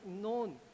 known